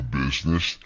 business